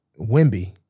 Wimby